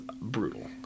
brutal